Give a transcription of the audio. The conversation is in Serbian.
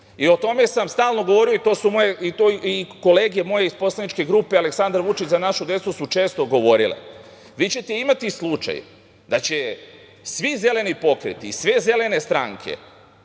i o tome sam stalno govorio i kolege moje iz Poslaničke grupe Aleksandar Vučić – Za našu decu su često govorile, vi ćete imati slučaj da će svi zeleni pokreti, sve zelene stranke